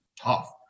tough